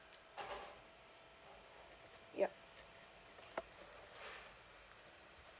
yup